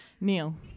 Neil